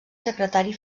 secretari